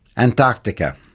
antarctica,